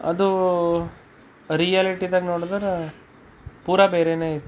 ಅದು ರಿಯಾಲಿಟಿದಾಗ ನೋಡಿದ್ರೆ ಪೂರ ಬೇರೆನೇ ಇತ್ತು